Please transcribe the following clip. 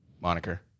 moniker